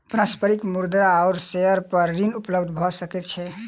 पारस्परिक मुद्रा आ शेयर पर ऋण उपलब्ध भ सकै छै